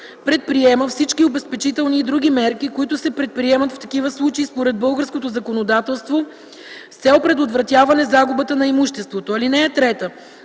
предприема всички обезпечителни и други мерки, които се предприемат в такива случаи според българското законодателство, с цел предотвратяване загубата на имуществото. (3) Веднага